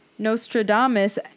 Nostradamus